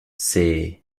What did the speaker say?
c’est